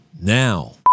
now